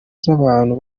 z’abantu